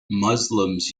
muslims